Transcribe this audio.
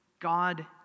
God